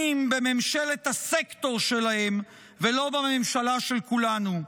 בממשלת הסקטור שלהם ולא בממשלה של כולנו.